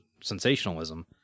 sensationalism